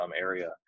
area